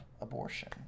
abortion